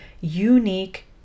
unique